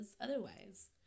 otherwise